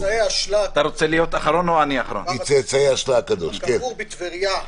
מצאצאי השל"ה הקדוש, הקבור בטבריה.